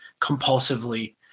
compulsively